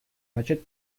начать